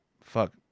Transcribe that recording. fuck